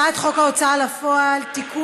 אנחנו עוברים להצעת חוק ההצעה לפועל (תיקון,